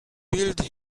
build